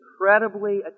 incredibly